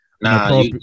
Nah